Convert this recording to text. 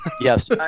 Yes